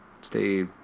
Stay